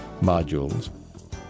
modules